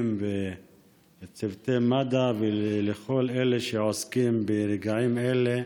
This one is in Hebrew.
ולצוותי מד"א ולכל אלה שעוסקים ברגעים אלה,